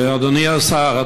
אדוני השר,